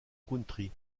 country